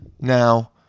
Now